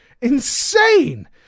insane